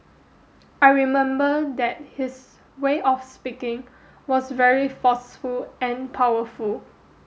I remember that his way of speaking was very forceful and powerful